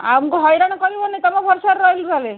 ଆମକୁ ହଇରାଣ କରିବନି ତୁମ ଭରସାରେ ରହିଲୁ ତା'ହେଲେ